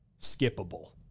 skippable